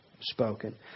spoken